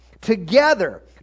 together